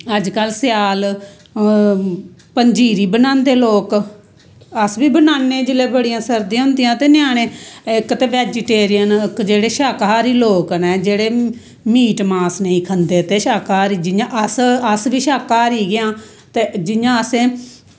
अजकल स्याल पंजीरी बनांदे लोक अज बी बनाने जिसलै बड़ियां सर्दियां होंदियां ते ञ्याणें इक ते बैजीटेरियन जेह्ड़े शाकाहारी लोक नै जेह्ड़े मीर मांस नेंई खंदे ते शाकाहारी जियां अस अज्ज बी शाकाहारी गै आं ते जियां असें